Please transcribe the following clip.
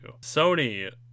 Sony